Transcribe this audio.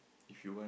if you want